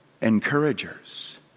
Encouragers